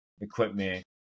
equipment